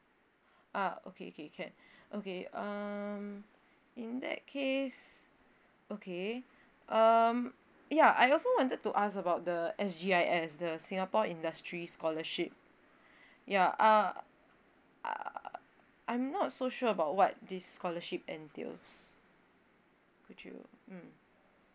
ah okay okay can okay um in that case okay um ya I also wanted to ask about the S_G_I_S the singapore industry scholarship ya err I'm not so sure about what this scholarship entails could you mm